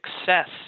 success